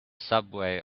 subway